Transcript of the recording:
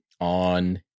On